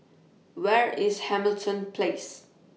Where IS Hamilton Place